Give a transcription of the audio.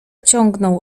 ciągnął